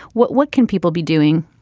what what can people be doing?